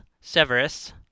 Severus